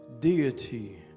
deity